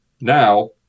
now